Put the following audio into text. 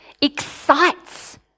excites